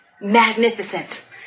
magnificent